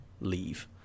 leave